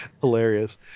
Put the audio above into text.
Hilarious